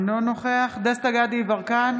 אינו נוכח דסטה גדי יברקן,